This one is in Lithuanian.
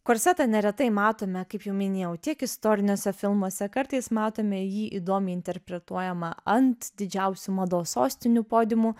korsetą neretai matome kaip jau minėjau tiek istoriniuose filmuose kartais matome jį įdomiai interpretuojamą ant didžiausių mados sostinių podiumų